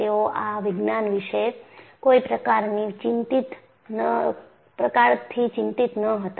તેઓ આ વિજ્ઞાન વિશે કોઈ પ્રકારથી ચિંતિત ન હતા